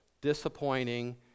disappointing